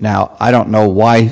now i don't know why